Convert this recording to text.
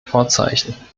vorzeichen